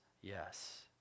yes